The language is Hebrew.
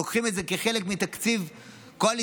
לוקחים את זה כחלק מתקציב קואליציוני.